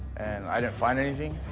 and i didn't find anything.